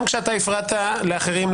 גם כשאתה הפרעת לאחרים,